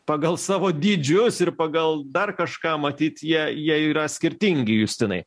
pagal savo dydžius ir pagal dar kažką matyt ji jie yra skirtingi justinai